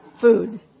food